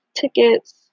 tickets